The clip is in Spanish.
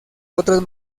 otros